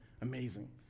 Amazing